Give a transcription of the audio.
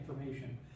information